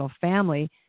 family